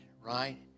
right